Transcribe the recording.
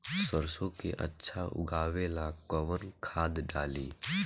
सरसो के अच्छा उगावेला कवन खाद्य डाली?